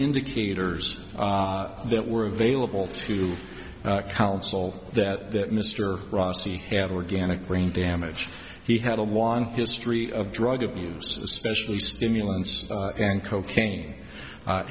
indicators that were available to counsel that mr rossi had organic brain damage he had a long history of drug abuse especially stimulants and cocaine